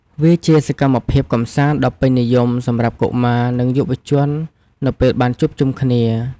វាជាសកម្មភាពកម្សាន្តដ៏ពេញនិយមសម្រាប់កុមារ និងយុវជននៅពេលបានជួបជុំគ្នា។